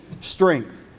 strength